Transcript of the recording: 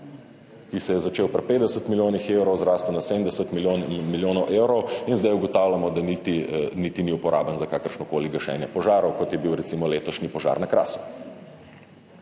ki se je začel pri 50 milijonih evrov, zrastel na 70 milijonov evrov in zdaj ugotavljamo, da niti ni uporaben za kakršnokoli gašenje požarov, kot je bil recimo letošnji požar na Krasu.